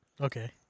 Okay